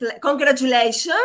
congratulations